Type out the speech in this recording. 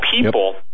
people